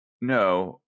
No